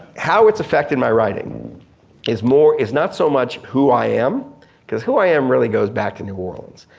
how it's affected my writing is more, is not so much who i am cause who i am really goes back to new orleans.